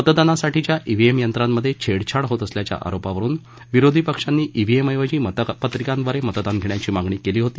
मतदानासाठीच्या EVM यंत्रात छेडछाड होत असल्याच्या आरोपावरून विरोधी पक्षांनी ईव्हीएम ऐवजी मतपत्रिकांदवारे मतदान घेण्याची मागणी केली होती